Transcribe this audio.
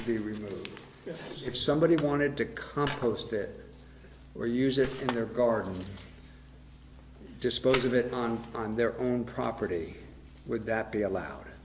to be removed if somebody wanted to compost it or use it in their garden and dispose of it on on their own property would that be allowed